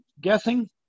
guessing